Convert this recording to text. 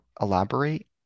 elaborate